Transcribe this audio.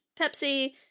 Pepsi